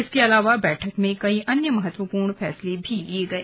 इसके अलावा बैठक में कई अन्य महत्वपूर्ण फैसले लिए गए